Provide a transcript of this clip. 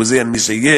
ובזה אני מסיים,